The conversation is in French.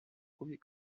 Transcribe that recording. premier